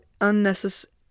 unnecessary